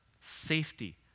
safety